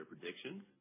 predictions